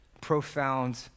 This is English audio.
profound